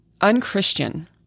UnChristian